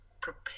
prepare